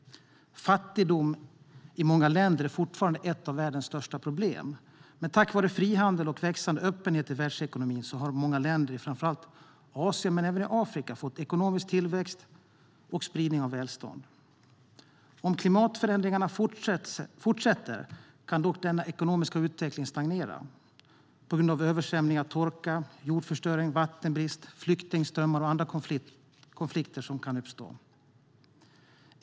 Fattigdomen i många länder är fortfarande ett av världens största problem. Men tack vare frihandel och växande öppenhet i världsekonomin har många länder i framför allt Asien, men även Afrika, fått ekonomisk tillväxt och spridning av välstånd. Om klimatförändringarna fortsätter kan dock denna ekonomiska utveckling stagnera på grund av översvämningar, torka, jordförstöring, vattenbrist, flyktingströmmar och andra konflikter som kan uppstå.